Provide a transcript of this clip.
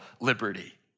liberty